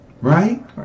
Right